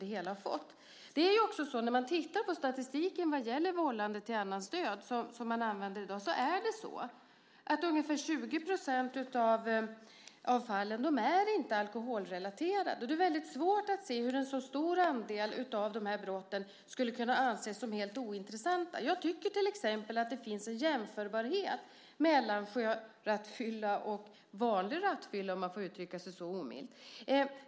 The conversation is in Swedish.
Den statistik som används i dag vad gäller vållande till annans död visar ju att ungefär 20 % av fallen inte är alkoholrelaterade. Det är väldigt svårt att se hur en så stor andel av de här brotten skulle kunna anses vara helt ointressanta. Jag tycker till exempel att det finns en jämförbarhet mellan sjörattfylla och vanlig rattfylla, om man får uttrycka sig så omilt.